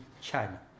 China